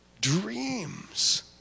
dreams